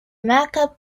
macomb